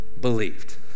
believed